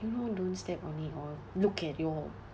you know don't step on it or look at your